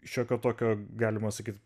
šiokio tokio galima sakyt